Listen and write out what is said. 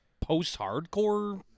post-hardcore